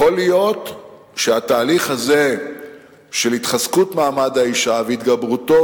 יכול להיות שהתהליך הזה של התחזקות מעמד האשה והתגברותו